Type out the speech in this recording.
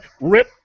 rip